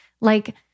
Like-